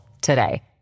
today